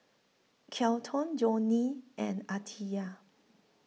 Kelton Joni and Aditya